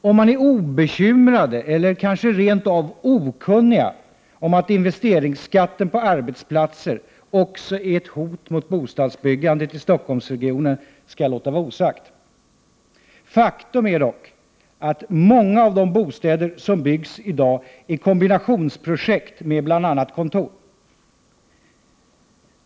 Om man är obekymrad eller kanske rent av okunnig om att investeringsskatten på arbetsplatser också är ett hot mot bostadsbyggandet i Stockholmsregionen skall jag låta vara osagt. Faktum är dock att många av de bostäder som byggs i dag är kombinationsprojekt med bl.a. kontor.